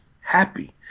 happy